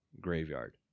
graveyard